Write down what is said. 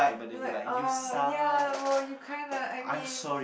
we're like uh ya well you kinda I mean